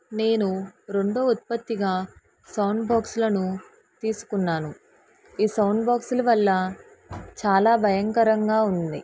నేను రెండో ఉత్పత్తిగా సౌండ్ బాక్సులను తీసుకున్నాను ఈ సౌండ్ బాక్సుల వల్ల చాలా భయంకరంగా ఉంది